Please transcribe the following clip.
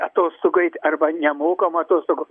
atostogų eit arba nemokamų atostogų